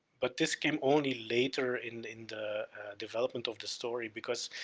but this came only later in in the development of the story because,